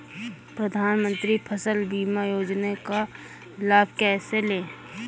प्रधानमंत्री फसल बीमा योजना का लाभ कैसे लें?